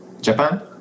Japan